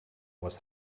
was